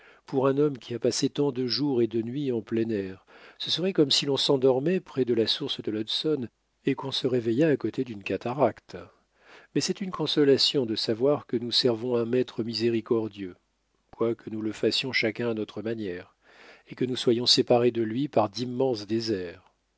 pour un homme qui a passé tant de jours et de nuits en plein air ce serait comme si l'on s'endormait près de la source de l'hudson et qu'on se réveillât à côté d'une cataracte mais c'est une consolation de savoir que nous servons un maître miséricordieux quoique nous le fassions chacun à notre manière et que nous soyons séparés de lui par d'immenses déserts